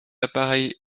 appareils